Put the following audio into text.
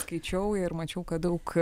skaičiau ir mačiau kad daug